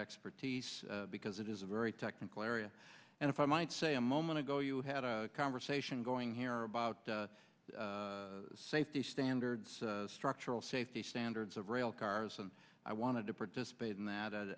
expertise because it is a very technical area and if i might say a moment ago you had a conversation going here about safety standards structural safety standards of rail cars and i wanted to participate in that